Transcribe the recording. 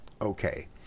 okay